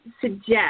suggest